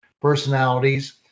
personalities